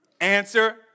Answer